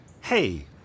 hey